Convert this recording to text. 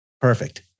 Perfect